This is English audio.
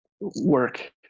work